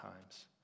times